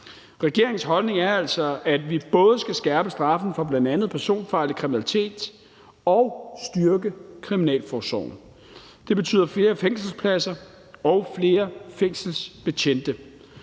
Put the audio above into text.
Regeringens holdning er altså, at vi både skal skærpe straffen for bl.a. personfarlig kriminalitet og styrke kriminalforsorgen. Det betyder flere fængselspladser og flere fængselsbetjente.